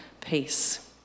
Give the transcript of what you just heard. peace